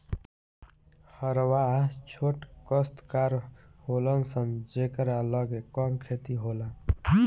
हरवाह छोट कास्तकार होलन सन जेकरा लगे कम खेत होला